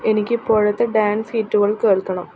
എനിക്ക് ഇപ്പോഴത്തെ ഡാൻസ് ഹിറ്റുകൾ കേൾക്കണം